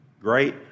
great